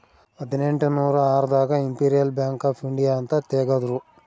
ಹದಿನೆಂಟನೂರ ಆರ್ ದಾಗ ಇಂಪೆರಿಯಲ್ ಬ್ಯಾಂಕ್ ಆಫ್ ಇಂಡಿಯಾ ಅಂತ ತೇಗದ್ರೂ